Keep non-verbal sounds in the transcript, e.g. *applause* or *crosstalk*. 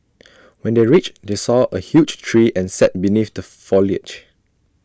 *noise* when they reached they saw A huge tree and sat beneath the foliage